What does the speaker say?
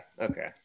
okay